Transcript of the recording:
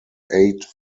eight